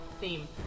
theme